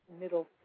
middle